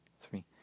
three